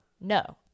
no